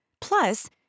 plus